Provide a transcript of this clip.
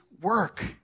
work